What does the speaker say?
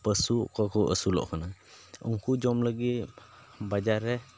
ᱯᱚᱥᱩ ᱚᱠᱚᱭ ᱠᱚ ᱟᱹᱥᱩᱞᱚᱜ ᱠᱟᱱᱟ ᱩᱱᱠᱩ ᱡᱚᱢ ᱞᱟᱹᱜᱤᱫ ᱵᱟᱡᱟᱨ ᱨᱮ